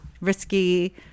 Risky